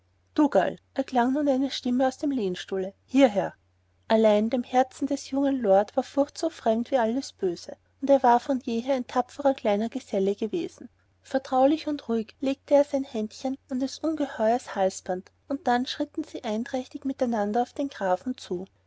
dougal erklang nun eine stimme aus dem lehnstuhle hierher allein dem herzen des jungen lord war furcht so fremd wie alles böse und er war von jeher ein tapferer kleiner geselle gewesen vertraulich und ruhig legte er sein händchen an des ungeheuers halsband und dann schritten sie einträchtig miteinander auf den grafen zu